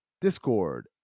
discord